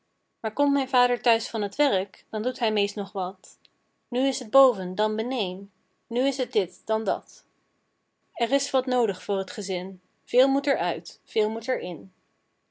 maar komt mijn vader thuis van t werk dan doet hij meest nog wat nu is het boven dan beneên nu is het dit dan dat er is wat noodig voor t gezin veel moet er uit veel moet er